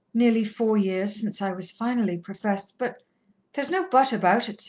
nearly four years since i was finally professed, but there's no but about it,